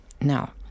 Now